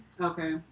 Okay